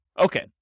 Okay